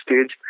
stage